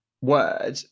word